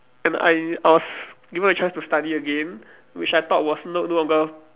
and I I was given a chance to study again which I thought was not no longer